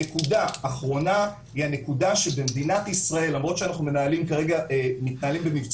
נקודה אחרונה היא הנקודה שבמדינת ישראל למרות שאנחנו מנהלים כרגע מבצע